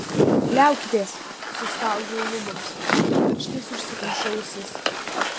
liaukitės sustaugiau luboms ir pirštais užsikimšau ausis